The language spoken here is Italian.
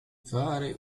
fare